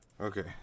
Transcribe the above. Okay